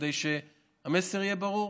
כדי שהמסר יהיה ברור.